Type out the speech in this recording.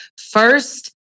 first